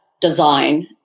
design